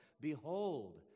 Behold